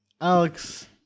Alex